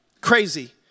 Crazy